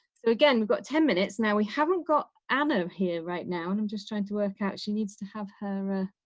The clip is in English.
so again, we've got ten minutes now. we haven't got ana here right now and i'm just trying to work out. she needs to have her